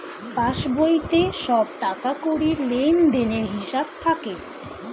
পাসবইতে সব টাকাকড়ির লেনদেনের হিসাব থাকে